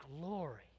glory